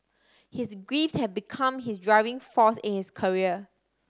his grief had become his driving force in his career